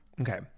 Okay